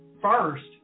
first